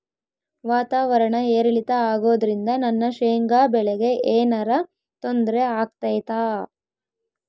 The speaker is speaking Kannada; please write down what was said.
ವಾತಾವರಣ ಏರಿಳಿತ ಅಗೋದ್ರಿಂದ ನನ್ನ ಶೇಂಗಾ ಬೆಳೆಗೆ ಏನರ ತೊಂದ್ರೆ ಆಗ್ತೈತಾ?